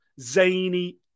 zany